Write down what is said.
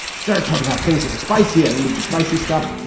she started talking about things that were spicy i mean the spicy stuff.